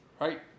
right